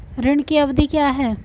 ऋण की अवधि क्या है?